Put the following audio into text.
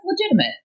legitimate